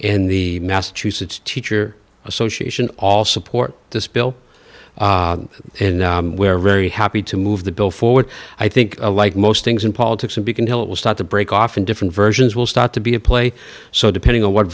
and the massachusetts teacher association all support this bill and we're very happy to move the bill forward i think like most things in politics in beacon hill it will start to break off in different versions will start to be a play so depending on what